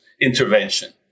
intervention